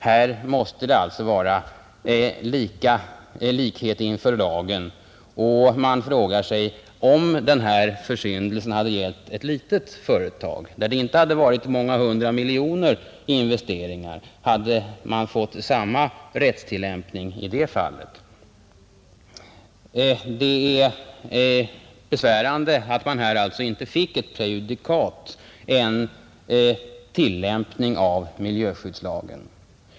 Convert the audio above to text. Här måste det alltså vara likhet inför lagen, och man frågar sig: Om denna försyndelse gällt ett litet företag, där det inte varit många hundra miljoner i investeringar, hade man fått samma rättstillämpning i det fallet? Det är besvärande att man här inte fick ett prejudikat, en tillämpning av miljöskyddslagen.